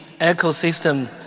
ecosystem